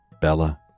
Bella